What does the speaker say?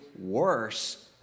worse